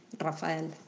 Rafael